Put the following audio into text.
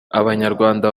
abanyarwanda